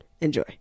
enjoy